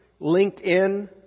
LinkedIn